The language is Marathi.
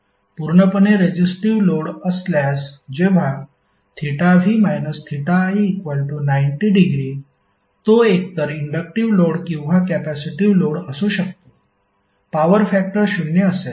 पूर्णपणे रेजिस्टिव्ह लोड असल्यास जेव्हा v i90 डिग्री तो एकतर इंडक्टिव्ह लोड किंवा कॅपेसिटिव्ह लोड असू शकतो पॉवर फॅक्टर 0 असेल